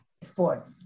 sport